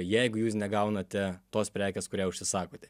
jeigu jūs negaunate tos prekės kurią užsisakote